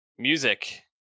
music